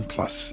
Plus